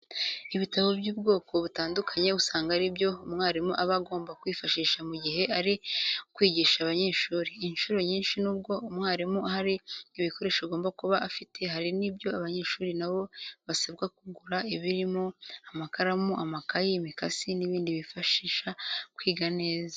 Ibitabo by'ubwoko butandukanye usanga ari byo umwarimu aba agomba kwifashisha mu gihe ari kwigisha abanyeshuri. Incuro nyinshi nubwo umwarimu hari ibikoresho agomba kuba afite hari n'ibyo abanyeshuri na bo basabwa kugura birimo amakaramu, amakayi, imikasi n'ibindi bibafasha kwiga neza.